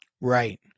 Right